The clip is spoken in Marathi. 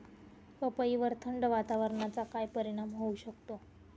पपईवर थंड वातावरणाचा काय परिणाम होऊ शकतो?